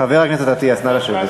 חבר הכנסת אטיאס, נא לשבת.